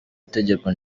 itegeko